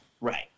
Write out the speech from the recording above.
Right